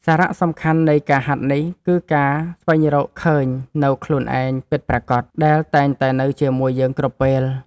សារៈសំខាន់នៃការហាត់នេះ គឺការស្វែងរកឃើញនូវខ្លួនឯងពិតប្រាកដ ដែលតែងតែនៅជាមួយយើងគ្រប់ពេល។